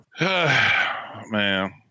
Man